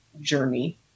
journey